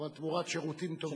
אבל תמורת שירותים טובים.